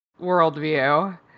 worldview